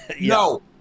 No